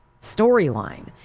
storyline